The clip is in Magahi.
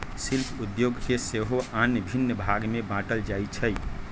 शिल्प उद्योग के सेहो आन भिन्न भाग में बाट्ल जाइ छइ